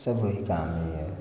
सब वही काम है